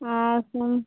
আর কম